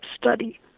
study